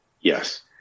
Yes